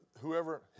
Whoever